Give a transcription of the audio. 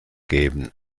geben